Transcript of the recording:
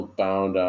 bound